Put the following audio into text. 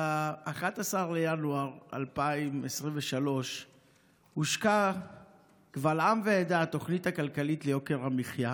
ב-11 בינואר 2023 הושקה קבל עם ועדה התוכנית הכלכלית ליוקר המחיה,